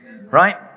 right